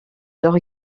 leur